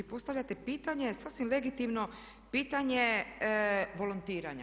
Postavljate pitanje sasvim legitimno pitanje volontiranja.